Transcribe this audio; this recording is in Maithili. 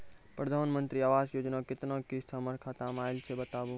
प्रधानमंत्री मंत्री आवास योजना के केतना किस्त हमर खाता मे आयल छै बताबू?